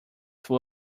full